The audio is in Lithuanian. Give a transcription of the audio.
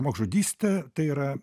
žmogžudystė tai yra